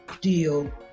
deal